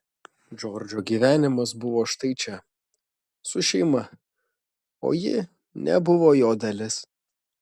džordžo gyvenimas buvo štai čia su šeima o ji nebuvo jo dalis